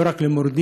לא רק למורדים,